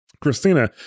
Christina